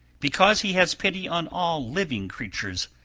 because he has pity on all living creatures,